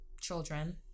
children